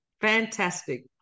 Fantastic